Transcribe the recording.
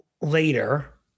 later